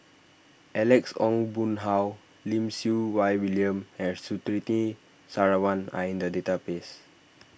Alex Ong Boon Hau Lim Siew Wai William and Surtini Sarwan are in the database